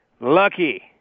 Lucky